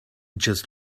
just